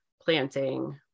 planting